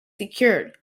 secured